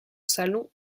salon